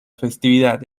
festividad